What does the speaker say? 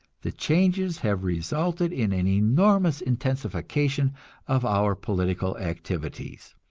the changes have resulted in an enormous intensification of our political activities.